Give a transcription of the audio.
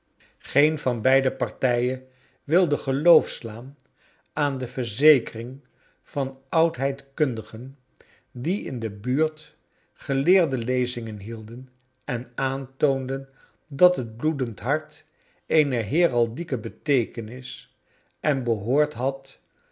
green van beide partijen wilde geloof slaan aan de verzekering van oudheidkundigen die in de buurt geleerde lezingen hielden en aantoonden dat het bloedend hart eene heraldieke beteekenis en behoord had